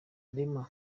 rema